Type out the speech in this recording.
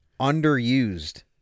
underused